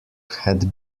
had